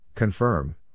Confirm